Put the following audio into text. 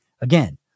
Again